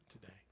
today